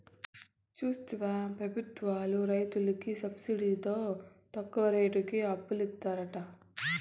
చూస్తివా పెబుత్వాలు రైతులకి సబ్సిడితో తక్కువ రేటుకి అప్పులిత్తారట